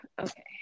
okay